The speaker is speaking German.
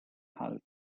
halt